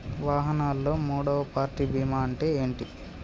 వాహనాల్లో మూడవ పార్టీ బీమా అంటే ఏంటి?